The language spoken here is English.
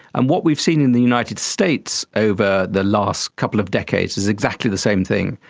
and what we've seen in the united states over the last couple of decades is exactly the same thing,